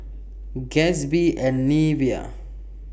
Gatsby and Nivea